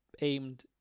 aimed